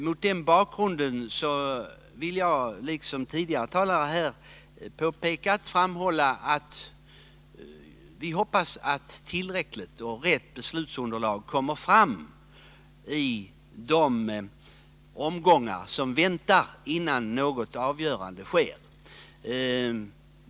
Mot den bakgrunden vill jag, liksom tidigare talare här har gjort, framhålla att vi hoppas att tillräckligt och riktigt beslutsunderlag kommer fram i dessa förhandlingsomgångar.